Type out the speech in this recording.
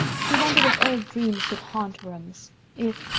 she wondered if old dreams could haunt rooms if,